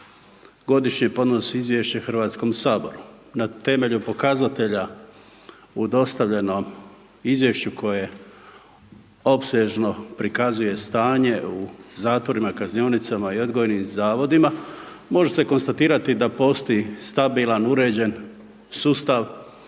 godišnje podnosi izvješće Hrvatskom saboru. Na temelju pokazatelja u dostavljenom izvješću koje opsežno prikazuje stanje u zatvorima i kaznionicama i odgojnim zavodima, može se konstatirati da postoji stabilan, uređen sustav,